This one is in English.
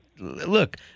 Look